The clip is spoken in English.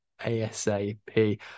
ASAP